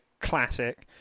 Classic